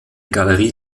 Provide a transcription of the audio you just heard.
galerie